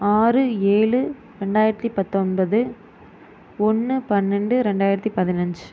ஆறு ஏழு ரெண்டாயிரத்து பத்தொன்பது ஒன்று பன்னெண்டு ரெண்டாயிரத்து பதினஞ்சு